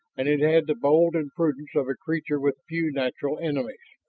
and it had the bold impudence of a creature with few natural enemies.